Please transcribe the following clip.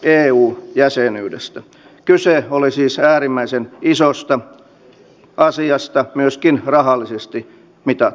suomen tulee säilyttää uskottava ja itsenäinen valvonta sekä ulko että sisärajoilla